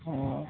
অঁ